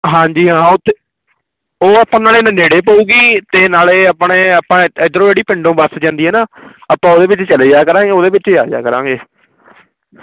ਹਾਂਜੀ ਹਾਂ ਉੱਥੇ ਉਹ ਆਪਾਂ ਨਾਲੇ ਨ ਨੂੰ ਨੇੜੇ ਪਵੇਗੀ ਅਤੇ ਨਾਲੇ ਆਪਣੇ ਆਪਾਂ ਇ ਇੱਧਰੋਂ ਜਿਹੜੀ ਪਿੰਡੋਂ ਬੱਸ ਜਾਂਦੀ ਹੈ ਨਾ ਆਪਾਂ ਉਹਦੇ ਵਿੱਚ ਚਲੇ ਜਾ ਕਰਾਂਗੇ ਉਹਦੇ ਵਿੱਚ ਆ ਜਾ ਕਰਾਂਗੇ